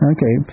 Okay